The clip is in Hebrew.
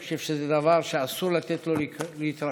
אני חושב שזה דבר שאסור לתת לו להתרחש,